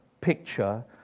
picture